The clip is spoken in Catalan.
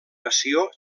passió